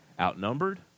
Outnumbered